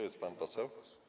Jest pan poseł?